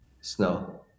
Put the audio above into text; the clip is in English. Snow